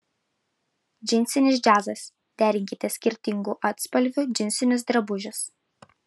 džinsinis džiazas derinkite skirtingų atspalvių džinsinius drabužius